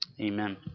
Amen